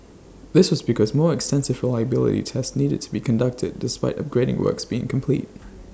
this was because more extensive for reliability tests needed to be conducted despite upgrading works being complete